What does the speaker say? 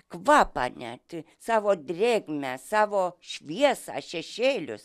kvapą net savo drėgmę savo šviesą šešėlius